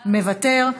מוותר,